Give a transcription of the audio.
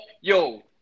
yo